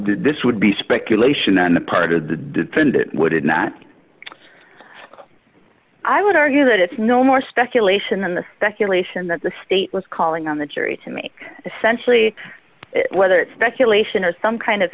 this would be speculation on the part of the defendant would it not i would argue that it's no more speculation than the speculation that the state was calling on the jury to make essentially whether it's speculation or some kind of